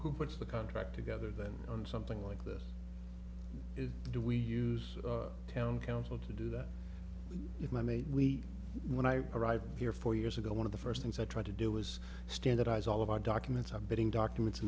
who puts the contract together then on something like this do we use town council to do that if i made we when i arrived here four years ago one of the first things i tried to do was standardize all of our documents of bidding documents